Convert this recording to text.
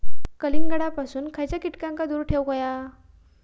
कलिंगडापासून खयच्या कीटकांका दूर ठेवूक व्हया?